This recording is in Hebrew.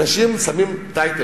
אנשים שמים "טייטל",